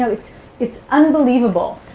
so it's it's unbelievable.